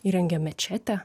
įrengė mečetę